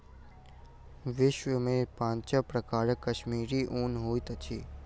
विश्व में पांच प्रकारक कश्मीरी ऊन होइत अछि